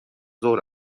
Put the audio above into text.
ظهر